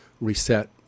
reset